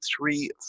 three